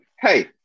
Hey